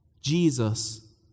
Jesus